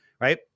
right